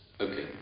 Okay